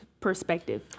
perspective